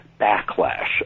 backlash